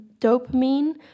dopamine